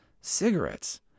cigarettes